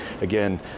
again